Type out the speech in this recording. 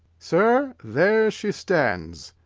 sir, there she stands.